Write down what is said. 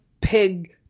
pig